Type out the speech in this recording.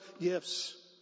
gifts